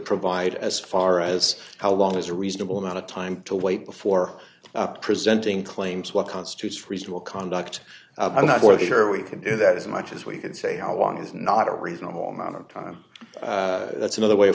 provide as far as how long is a reasonable amount of time to wait before presenting claims what constitutes reasonable conduct i'm not working here we can do that as much as we can say how long is not a reasonable amount of time that's another way of